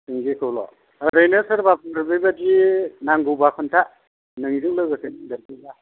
सिंगिखौल' ओरैनो सोरबाफोर बेबादि नांगौबा खोन्था नोंजों लोगोसे फैफायोब्ला